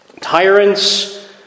tyrants